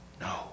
No